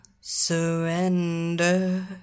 surrender